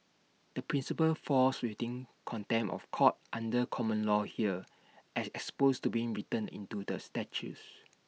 the principle falls within contempt of court under common law here as exposed to being written into the statutes